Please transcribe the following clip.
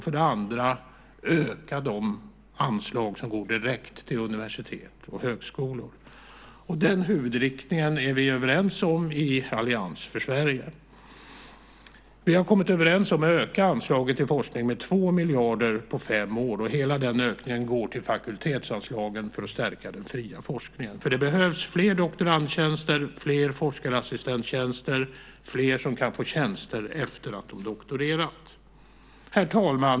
För det andra: Öka de anslag som går direkt till universitet och högskolor. Den huvudriktningen är vi överens om i Allians för Sverige. Vi har kommit överens om att öka anslaget till forskningen med 2 miljarder på fem år. Hela den ökningen går till fakultetsanslagen för att stärka den fria forskningen. Det behövs fler doktorandtjänster, fler forskarassistenttjänster och fler som kan få tjänster efter det att de har doktorerat.